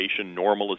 normalization